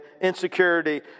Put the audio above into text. insecurity